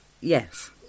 Yes